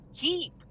keep